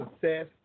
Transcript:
success